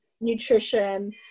nutrition